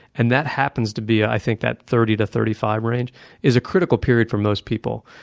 and that happens to be, i think, that thirty to thirty five range is a critical period for most people.